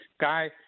Guy